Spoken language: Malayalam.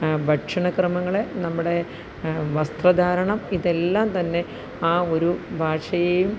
ഭക്ഷണക്രമങ്ങള് നമ്മുടെ വസ്ത്രധാരണം ഇതെല്ലം തന്നെ ആ ഒരു ഭാഷയേയും